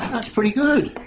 that's pretty good.